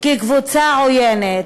קבוצה עוינת,